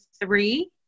three